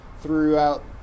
throughout